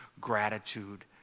gratitude